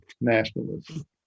nationalism